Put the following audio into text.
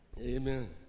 Amen